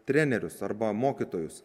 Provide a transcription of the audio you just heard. trenerius arba mokytojus